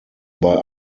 bei